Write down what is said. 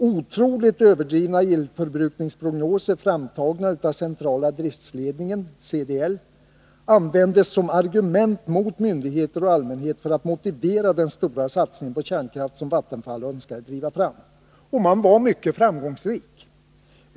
Otroligt överdrivna elförbrukningsprognoser, framtagna av centrala driftsledningen , användes som argument mot myndigheter och allmänhet för att motivera den stora satsning på kärnkraft som Vattenfall önskade driva fram. Man var mycket framgångsrik.